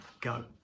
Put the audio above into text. go